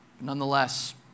Nonetheless